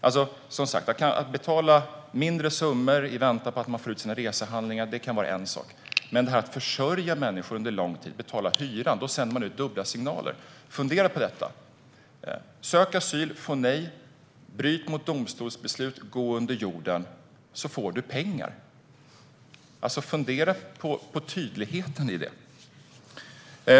Att betala ut mindre summor i väntan på att människor får ut sina resehandlingar kan vara en sak. Men om man försörjer människor under lång tid och betalar hyran sänder man ut dubbla signaler. Fundera på tydligheten i följande: Sök asyl och få nej. Bryt mot domstolsbeslut och gå under jorden. Då får du pengar.